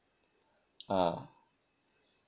ah